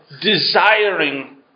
desiring